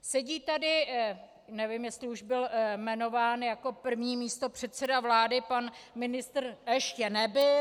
Sedí tady nevím, jestli už byl jmenován jako první místopředseda vlády, pan ministr ještě nebyl.